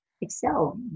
excel